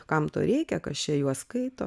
kam to reikia kas čia juos skaito